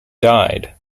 died